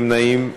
נמנעים אין.